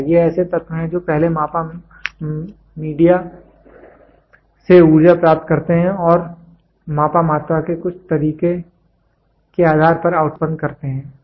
ये ऐसे तत्व हैं जो पहले मापा मीडिया से ऊर्जा प्राप्त करते हैं और मापा मात्रा के कुछ तरीके के आधार पर आउटपुट उत्पन्न करते हैं